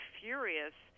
furious